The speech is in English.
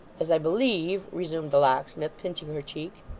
as i believe resumed the locksmith, pinching her cheek,